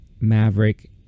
Maverick